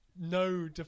No